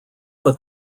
but